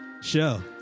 show